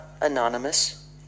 anonymous